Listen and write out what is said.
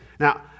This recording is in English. Now